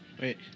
Wait